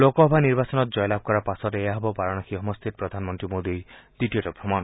লোকসভা নিৰ্বাচনত জয়লাভ কৰাৰ পাছত এয়া হ'ব বাৰানসী সমষ্টিত প্ৰধানমন্ত্ৰী মোডীৰ দ্বিতীয়টো ভ্ৰমণ